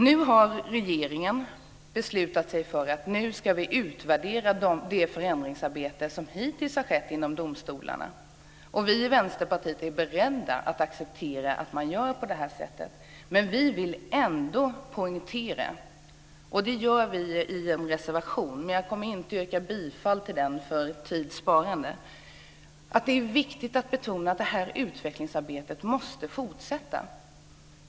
Nu har regeringen beslutat sig för att utvärdera det förändringsarbete som hittills har skett inom domstolarna. Vi i Vänsterpartiet är beredda att acceptera att man gör på detta sätt, men vi vill ändå betona att utvecklingsarbetet måste fortsätta. Det gör vi i en reservation, men jag kommer för tids vinnande inte att yrka bifall till.